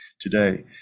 today